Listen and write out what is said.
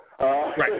Right